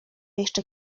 jeszcze